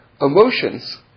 emotions